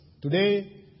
today